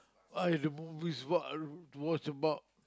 !aiyo! the movies what are you to watch about